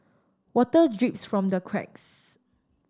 water drips from the cracks